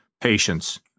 patience